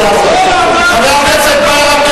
חברת הכנסת רגב,